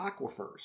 aquifers